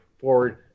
forward